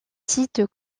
site